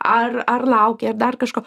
ar ar lauki ar dar kažko